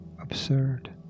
absurd